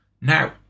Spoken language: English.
Now